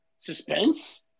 Suspense